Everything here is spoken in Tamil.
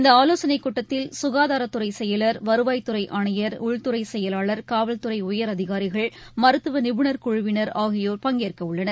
இந்த ஆலோசனை கூட்டத்தில் சுகாதாரத்துறை செயலர் வருவாய் துறை ஆணையர் உள்துறை செயலாளர் காவல் துறை உயர் அதிகாரிகள் மருத்துவ நிபுணர் குழுவினர் ஆகியோர் பங்கேற்க உள்ளனர்